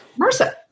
MRSA